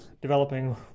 developing